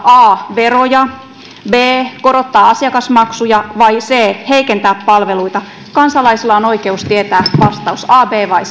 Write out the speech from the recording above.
a nostaa veroja b korottaa asiakasmaksuja vai c heikentää palveluita kansalaisilla on oikeus tietää vastaus a b vai